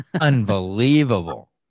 Unbelievable